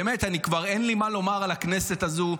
באמת כבר אין לי מה לומר על הכנסת הזו,